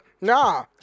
nah